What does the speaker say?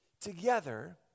Together